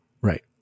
Right